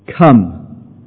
Come